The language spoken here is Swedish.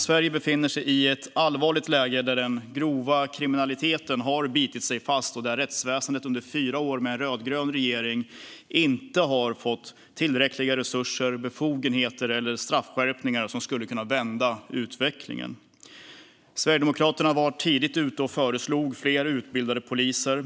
Sverige befinner sig i ett allvarligt läge där den grova kriminaliteten har bitit sig fast och där rättsväsendet under fyra år med en rödgrön regering inte har fått tillräckliga resurser, befogenheter eller straffskärpningar som skulle kunna vända utvecklingen. Sverigedemokraterna var tidigt ute och föreslog fler utbildade poliser.